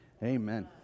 Amen